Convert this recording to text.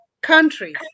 countries